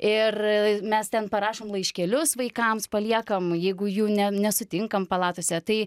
ir mes ten parašom laiškelius vaikams paliekam jeigu jų ne nesutinkam palatose tai